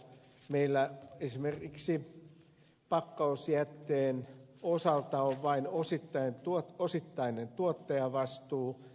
meillä esimerkiksi pakkausjätteen osalta on vain osittainen tuottajavastuu